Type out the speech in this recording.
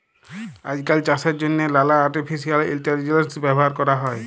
আইজকাল চাষের জ্যনহে লালা আর্টিফিসিয়াল ইলটেলিজেলস ব্যাভার ক্যরা হ্যয়